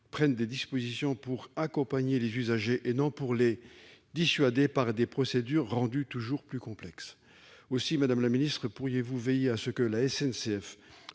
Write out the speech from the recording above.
prenne des dispositions pour accompagner les usagers et non pour les dissuader en mettant en place des procédures toujours plus complexes. Aussi, madame la secrétaire d'État, pourriez-vous veiller à ce que la SNCF